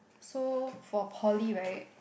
so for poly right